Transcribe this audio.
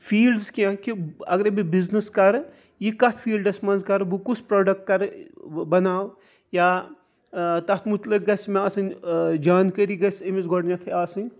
fields کینٛہہ کہِ اگَرَے بہٕ بِزنِس کَرٕ یہِ کتھ فیٖلڈَس مَنٛزکَرٕ بہٕ کُس پروڈَکٹ کَرٕ بَناو یا تَتھ مُتلِق گَژھِ مےٚ آسٕنۍ جانکٲری گَژھِ أمس گۄڈنیٚتھٕے آسٕنۍ